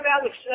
Alex